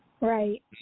Right